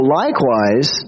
likewise